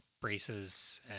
braces